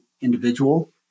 individual